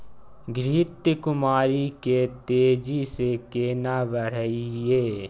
घृत कुमारी के तेजी से केना बढईये?